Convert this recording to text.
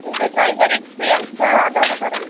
ಇದು driver experience ಆದವ್ರು ಇದ್ದಾರಲ್ರಿ